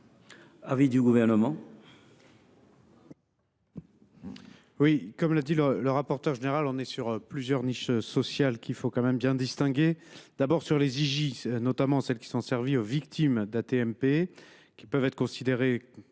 l’avis du Gouvernement ?